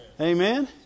Amen